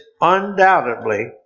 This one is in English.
undoubtedly